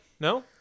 No